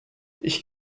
ich